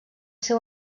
seu